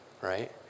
right